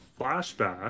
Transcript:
flashback